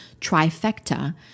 trifecta